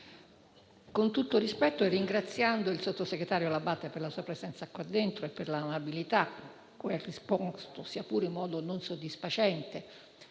Con tutto il rispetto e ringraziando il Sottosegretario L'Abbate per la sua presenza in quest'Aula e per l'amabilità con cui ha risposto, sia pure in modo non soddisfacente,